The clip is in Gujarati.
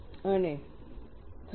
અને 38